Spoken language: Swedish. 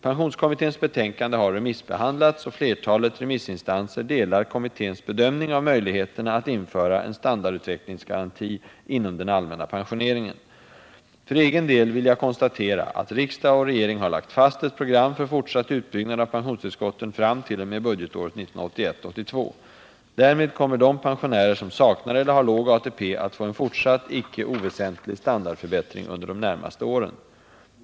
Pensionskommitténs betänkande har remissbehandlats, och flertalet remissinstanser delar kommitténs bedömning av möjligheterna att införa en standardutvecklingsgaranti inom den allmänna pensioneringen. För egen del vill jag konstatera att riksdag och regering har lagt fast ett program för fortsatt kommer de pensionärer som saknar eller har låg ATP att få en fortsatt icke oväsentlig standardförbättring under de närmaste åren.